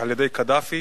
על-ידי קדאפי